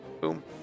boom